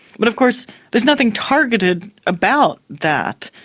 but of course there's nothing targeted about that.